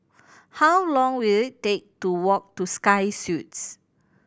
how long will it take to walk to Sky Suites